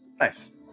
nice